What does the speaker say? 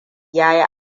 yayi